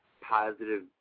positive